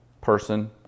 person